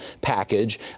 package